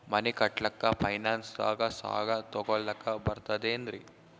ಮನಿ ಕಟ್ಲಕ್ಕ ಫೈನಾನ್ಸ್ ದಾಗ ಸಾಲ ತೊಗೊಲಕ ಬರ್ತದೇನ್ರಿ?